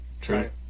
True